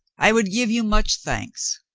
i would give you much thanks.